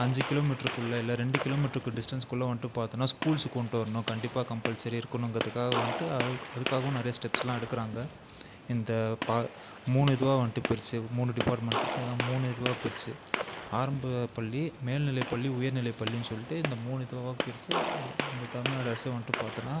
அஞ்சு கிலோமீட்ருக்குள்ளே இல்லை ரெண்டு கிலோமீட்டருக்கு டிஸ்டன்ஸ்குள்ளே வந்துட்டு பார்த்தோம்னா ஸ்கூல்ஸு கொண்டுட்டு வரணும் கண்டிப்பாக கம்பல்சரி இருக்கணுங்கிறதுக்காக வந்துட்டு அது அதுக்காகவும் நிறையா ஸ்டெப்ஸெல்லாம் எடுக்கிறாங்க இந்த பா மூணு இதுவாக வந்துட்டு பிரித்து மூணு டிப்பார்ட்மெண்ட் சரி அதுதான் மூணு இதுவாக பிரித்து ஆரம்பப் பள்ளி மேல்நிலைப் பள்ளி உயர்நிலைப் பள்ளின்னு சொல்லிட்டு இந்த மூணு இதுவாக பிரித்து இ இந்த தமிழ்நாடு அரசே வந்துட்டு பார்த்தோம்னா